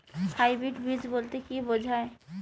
Hybrid বীজ বলতে কী বোঝায়?